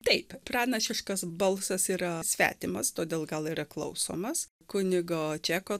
taip pranašiškas balsas yra svetimas todėl gal yra klausomas kunigo čeko